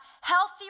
healthy